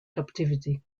captivity